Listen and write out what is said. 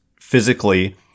physically